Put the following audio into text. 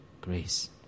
grace